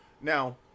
Now